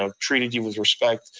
ah treated you with respect,